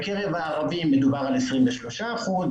בקרב הערבים מדובר על 23 אחוזים,